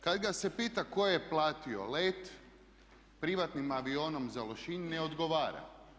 Kad ga se pita tko je platio let privatnim avionom za Lošinj ne odgovara.